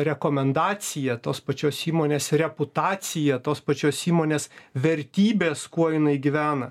rekomendacija tos pačios įmonės reputacija tos pačios įmonės vertybės kuo jinai gyvena